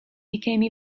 became